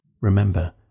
Remember